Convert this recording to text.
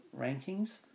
rankings